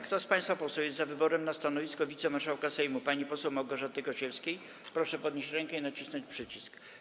Kto z państwa posłów jest za wyborem na stanowisko wicemarszałka Sejmu pani poseł Małgorzaty Gosiewskiej, proszę podnieść rękę i nacisnąć przycisk.